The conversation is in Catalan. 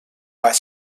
baix